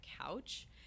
couch